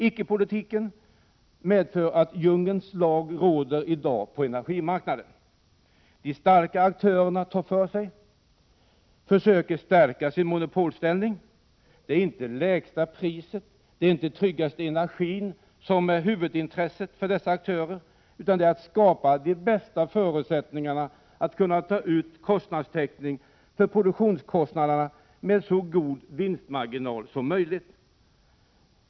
Icke-politiken medför att djungelns lag i dag råder på energimarknaden. De starka aktörerna tar för sig och försöker stärka sin monopolställning. Det är inte det lägsta priset och den tryggaste energin som är huvudintresset för dessa aktörer, utan det är att skapa de bästa förutsättningarna för att kunna ta ut kostnadstäckning för produktionskostnaderna med så god vinstmarginal som möjligt.